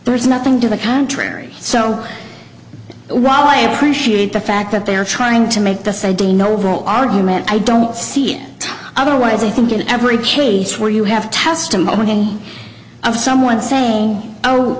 there's nothing to the contrary so while i appreciate the fact that they are trying to make this id no overall argument i don't see it otherwise i think in every case where you have testimony of someone saying oh